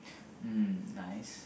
mm nice